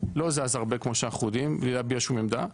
לא זז הרבה כמו שאנחנו יודעים בלי להביע שום עמדה,